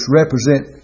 represent